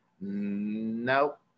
Nope